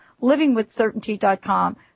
livingwithcertainty.com